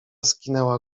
skinęła